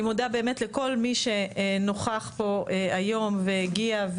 מודה באמת לכל מי שנוכח פה היום והגיע.